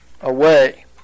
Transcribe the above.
away